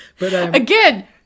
again